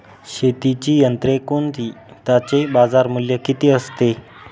शेतीची यंत्रे कोणती? त्याचे बाजारमूल्य किती असते?